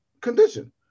condition